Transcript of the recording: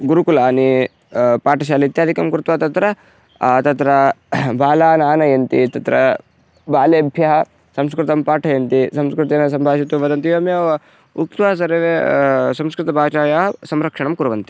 गुरुकुलानि पाठशालाः इत्यादिकं कृत्वा तत्र तत्र बालान् आनयन्ति तत्र बालेभ्यः संस्कृतं पाठयन्ति संस्कृतेन सम्भाषितुं वदन्ति एवमेव उक्त्वा सर्वे संस्कृतभाषायाः संरक्षणं कुर्वन्ति